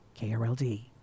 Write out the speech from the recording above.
KRLD